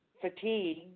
fatigue